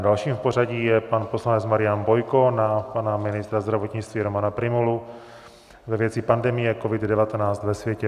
Dalším v pořadí je pan poslanec Marian Bojko na pana ministra zdravotnictví Romana Prymulu ve věci pandemie COVID19 ve světě.